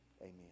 amen